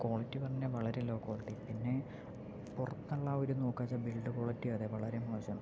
quality പറഞ്ഞാൽ വളരെ low quality പിന്നെ പുറത്തുള്ള ആ ഒരു നോക്കാമെന്ന് വെച്ചാൽ ബിൽഡ് ക്വാളിറ്റി അതെ വളരെ മോശമാണ്